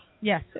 Yes